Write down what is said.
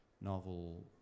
novel